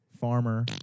Farmer